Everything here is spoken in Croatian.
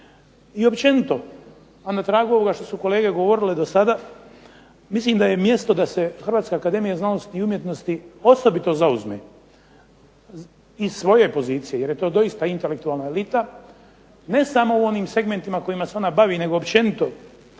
I općenito, a na tragu ovoga što su kolege govorile do sada mislim da je mjesto da se Hrvatska akademija znanosti i umjetnosti osobito zauzme iz svoje pozicije, jer je to doista intelektualna elita ne samo u ovim segmentima kojima se ona bavi, nego općenito